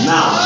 Now